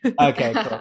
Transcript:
okay